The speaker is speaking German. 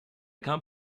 kam